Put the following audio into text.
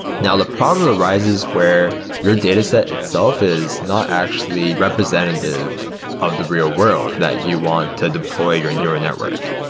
now, the problem arises where your dataset itself is not actually representative of the real world that you want to deploy your and neural network.